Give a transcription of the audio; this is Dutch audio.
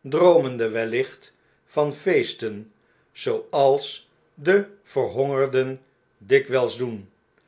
droomende wellicht van feesten zooals de verhongerenden dikwgls doen